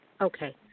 Okay